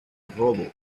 robo